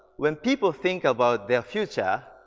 when people think about their future,